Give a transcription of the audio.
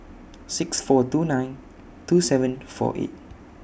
six four two nine two seven four eight